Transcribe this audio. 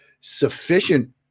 sufficient